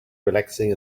relaxing